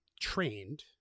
trained